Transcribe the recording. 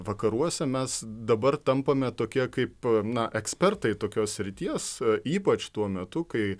vakaruose mes dabar tampame tokie kaip na ekspertai tokios srities ypač tuo metu kai